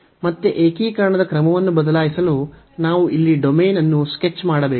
ಮತ್ತೆ ಏಕೀಕರಣದ ಕ್ರಮವನ್ನು ಬದಲಾಯಿಸಲು ನಾವು ಇಲ್ಲಿ ಡೊಮೇನ್ ಅನ್ನು ಸ್ಕೆಚ್ ಮಾಡಬೇಕು